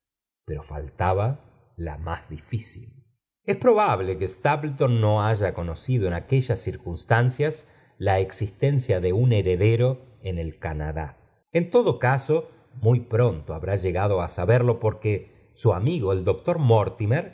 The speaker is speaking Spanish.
faltaba la más difícil eh probal le que sluplelon no haya conocido en aquellas circunstancias la eial encia de un heredero en el canadá kn indo euro muy pronto habrá llegado á saberlo porque mu amigo el doctor